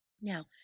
Now